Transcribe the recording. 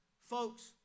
folks